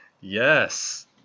Yes